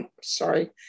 Sorry